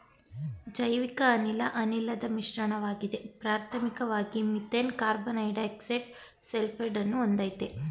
ಜೈವಿಕಅನಿಲ ಅನಿಲದ್ ಮಿಶ್ರಣವಾಗಿದೆ ಪ್ರಾಥಮಿಕ್ವಾಗಿ ಮೀಥೇನ್ ಕಾರ್ಬನ್ಡೈಯಾಕ್ಸೈಡ ಸಲ್ಫೈಡನ್ನು ಹೊಂದಯ್ತೆ